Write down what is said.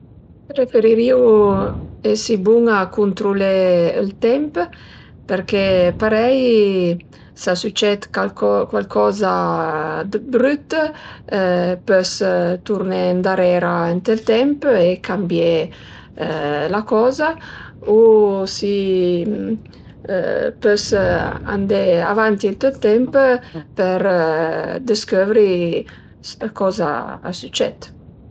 Preferirìu esi bun a cuntrulé ël temp përché parei s'a süced calco cualcoza dë brüt pös turné ëndarera ënt ël temp e cambié la coza u si pös andé avanti ënt ël temp për dëscövri coza a süced